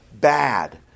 bad